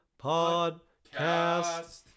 Podcast